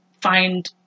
find